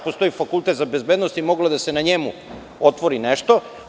Postoji Fakultet za bezbednost i moglo je da se na njemu otvori nešto.